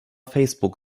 facebook